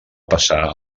passar